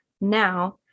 now